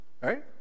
Right